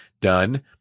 done